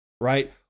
right